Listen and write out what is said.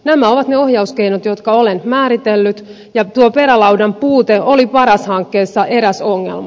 nämä ovat ne ohjauskeinot jotka olen määritellyt ja tuo perälaudan puute oli paras hankkeessa eräs ongelma